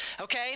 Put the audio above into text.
okay